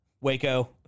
Waco